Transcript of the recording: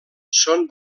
són